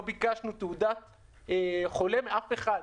לא ביקשנו תעודת חולה מאף אחד,